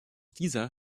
dieser